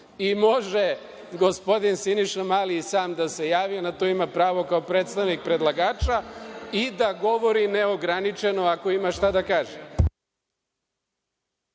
Može gospodin Mali i da se sam javi, na to ima pravo kao predstavnik predlagača i da govori neograničeno ako ima šta da kaže.